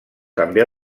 també